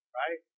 right